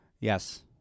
Yes